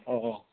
औ औ